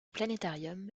planétarium